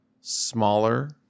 smaller